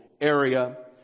area